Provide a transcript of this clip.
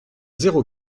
zéro